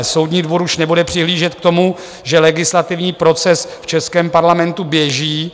Soudní dvůr už nebude přihlížet k tomu, že legislativní proces v českém Parlamentu běží.